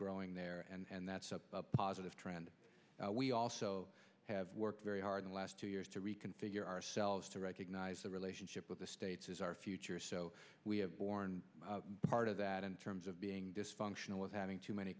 growing there and that's a positive trend we also have worked very hard and last two years to reconfigure ourselves to recognize the relationship with the states is our future so we have borne part of that in terms of being dysfunctional with having too many